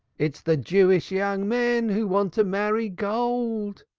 it's the jewish young men who want to marry gold.